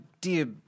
dear